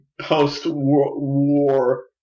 post-war